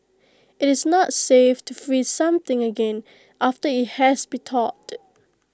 IT is not safe to freeze something again after IT has been thawed